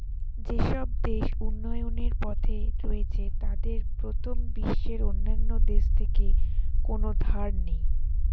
যেসব দেশ উন্নয়নের পথে রয়েছে তাদের প্রথম বিশ্বের অন্যান্য দেশ থেকে কোনো ধার নেই